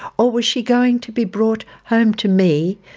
or was she going to be brought home to me,